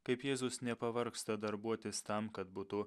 kaip jėzus nepavargsta darbuotis tam kad būtų